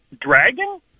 dragon